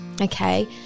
okay